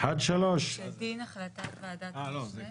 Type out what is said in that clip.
אבל הסעיף הזה אומר שדין החלטת ועדת משנה כדין החלטת מועצה ארצית.